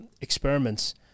experiments